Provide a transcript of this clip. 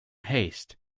haste